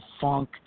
funk